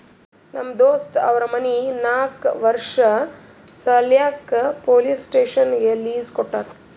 ನಮ್ ದೋಸ್ತ್ ಅವ್ರ ಮನಿ ನಾಕ್ ವರ್ಷ ಸಲ್ಯಾಕ್ ಪೊಲೀಸ್ ಸ್ಟೇಷನ್ಗ್ ಲೀಸ್ ಕೊಟ್ಟಾರ